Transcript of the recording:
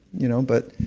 you know? but